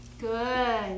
Good